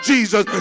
Jesus